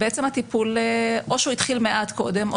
הטיפול או שהוא התחיל מעט קודם או